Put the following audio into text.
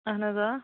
اہن حظ آ